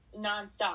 nonstop